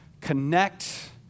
connect